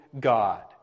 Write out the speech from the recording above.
God